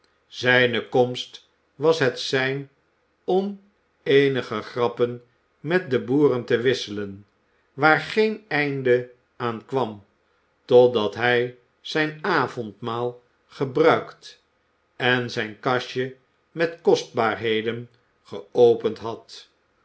zijne komst was het sein om eenige grappen met de boeren te wisselen waar geen einde aan kwam totdat hij zijn avondmaal gebruikt en zijn kastje met kostbaarheden geopend had